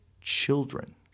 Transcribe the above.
children